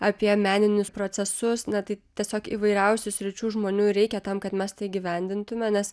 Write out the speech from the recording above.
apie meninius procesus na tai tiesiog įvairiausių sričių žmonių reikia tam kad mes tai įgyvendintume nes